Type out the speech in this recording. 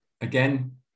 again